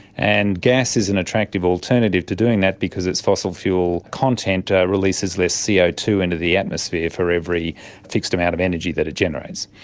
and gas is an attractive alternative to doing that because its fossil fuel content ah releases less c o two into the atmosphere for every fixed amount of energy that it generates.